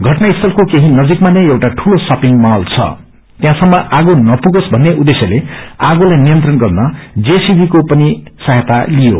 घटना स्थलको केही नजिकमा नै एउटा दूलो शपिंग मात छ त्यहाँसम्म आगो नपुगोस भन्ने उद्देश्यर्ले आगोलाई नियन्त्रण गर्न जेसीभी को पनि सहायता लिइयो